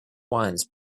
wines